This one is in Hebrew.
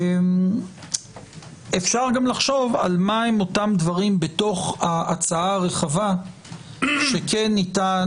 אפשר לחשוב מה הדברים בהצעה הרחבה שכן ניתן